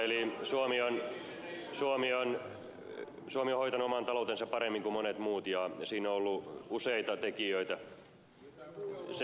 eli suomi on hoitanut oman taloutensa paremmin kuin monet muut ja siinä on ollut useita tekijöitä